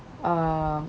err